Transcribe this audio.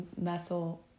muscle